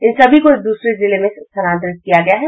इन सभी को एक से दूसरे जिले में स्थानांतरित किया गया है